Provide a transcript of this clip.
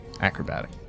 acrobatic